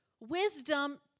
wisdom